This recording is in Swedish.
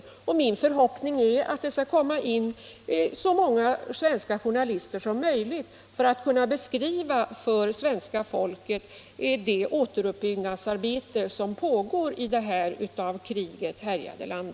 Och det är min förhoppning att så många svenska journalister som möjligt skall resa dit, så att de sedan kan beskriva för svenska folket vilket återuppbyggnadsarbete som pågår i detta av kriget härjade land.